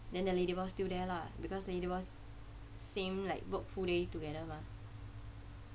then the lady boss still there lah because lady boss same like work full day together mah